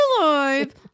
alive